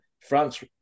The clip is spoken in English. France